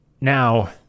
Now